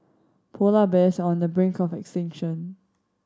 polar bears on the brink of extinction